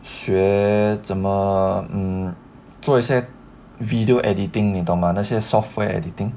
学怎么嗯做一些 video editing 你懂吗那些 software editing